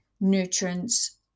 nutrients